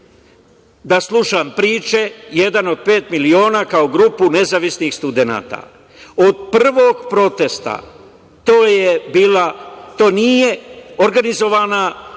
da slušam priče "Jedan od pet miliona" kao grupu nezavisnih studenata. Od prvog protesta to nije organizovana